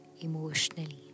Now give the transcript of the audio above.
emotionally